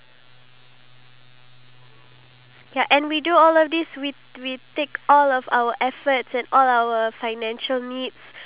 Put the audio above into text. or the the fact that there's a lot of people who are wheelchair bound in singapore it's an older generation but I just feel like you should